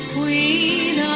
Queen